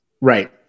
right